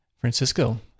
Francisco